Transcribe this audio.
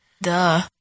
Duh